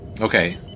Okay